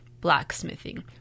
blacksmithing